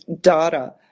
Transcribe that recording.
data